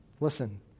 Listen